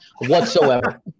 whatsoever